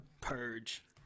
purge